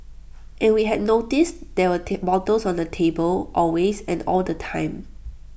and we had noticed there were bottles on the table always and all the time